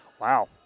wow